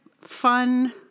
fun